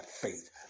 faith